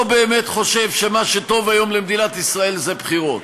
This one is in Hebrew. לא באמת חושב שמה שטוב היום למדינת ישראל זה בחירות.